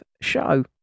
show